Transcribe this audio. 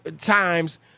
times